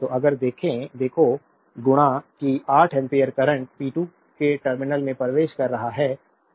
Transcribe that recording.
तो अगर देखो कि 8 एम्पीयर करंट P2 के टर्मिनल में प्रवेश कर रहा है